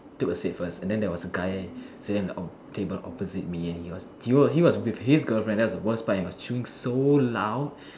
took a seat first and then there was a guy sitting at a table opposite me and he was he was with his girlfriend that was the worst part and he was chewing so loud